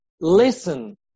listen